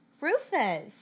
Rufus